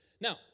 Now